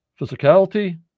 physicality